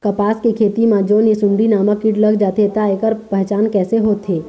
कपास के खेती मा जोन ये सुंडी नामक कीट लग जाथे ता ऐकर पहचान कैसे होथे?